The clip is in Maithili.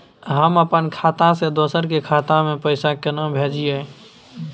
हम अपन खाता से दोसर के खाता में पैसा केना भेजिए?